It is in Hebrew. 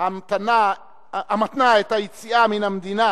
המתנה את היציאה מן המדינה